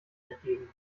entgegen